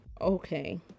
Okay